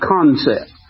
concept